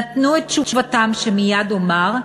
נתנו את תשובתם, שמייד אומר,